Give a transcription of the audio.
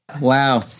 Wow